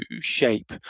shape